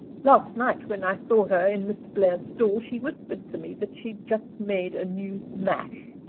last night when i saw her in mr. blair's store she whispered to me that she'd just made a new mash.